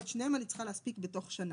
ואת שניהם אני צריכה להספיק בתוך שנה.